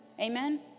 Amen